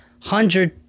hundred